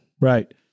Right